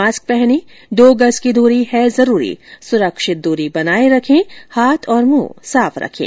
mask पहनें दो गज की दूरी है जरूरी सुरक्षित दूरी बनाए रखे हाथ और मुंह साफ रखें